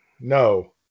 No